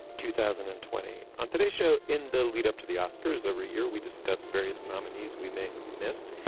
two thousand and twenty. on today's show, in the lead up to the oscars, every year, we discuss various nominees we may have missed.